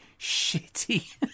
shitty